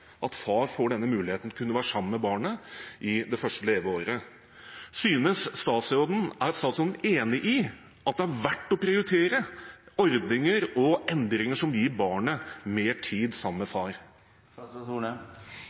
at far får denne muligheten til å kunne være sammen med barnet i dets første leveår. Er statsråden enig i at det er verdt å prioritere ordninger og endringer som gir barnet mer tid